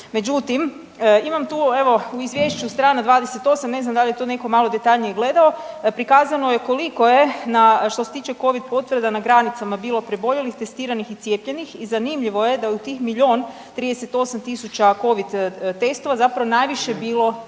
Međutim, imam tu evo, u Izvješću, str. 28, ne znam da li je to netko detaljnije gledao, prikazano je koliko je, na, što se tiče Covid potvrda na granicama bilo preboljelih, testiranih i cijepljenih i zanimljivo je da je u tih 1 038 000 Covid testova zapravo najviše bilo